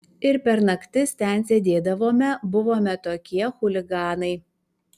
ir per naktis ten sėdėdavome buvome tokie chuliganai